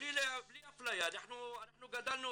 בלי אפליה, אנחנו גדלנו